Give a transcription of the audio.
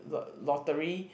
lottery